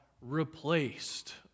replaced